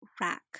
rack